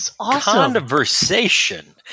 conversation